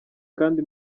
kandi